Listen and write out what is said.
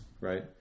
right